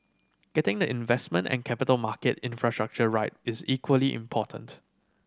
getting the investment and capital market infrastructure right is equally important